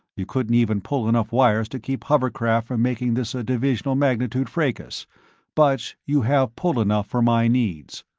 you couldn't even pull enough wires to keep hovercraft from making this a divisional magnitude fracas but you have pull enough for my needs.